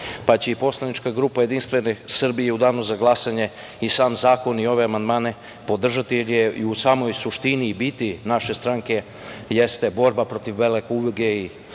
dinara. Poslanička grupa Jedinstvene Srbije će u danu za glasanje i sam zakon i ove amandmane podržati, jer i u samoj suštini i biti naše stranke jeste borba protiv bele kuge i